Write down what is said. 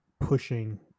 pushing